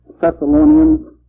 Thessalonians